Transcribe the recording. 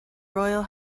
royal